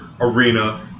arena